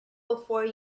before